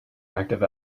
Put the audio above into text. active